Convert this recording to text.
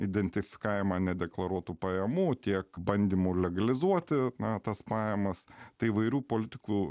identifikavimą nedeklaruotų pajamų tiek bandymų legalizuoti na tas pajamas tai įvairių politikų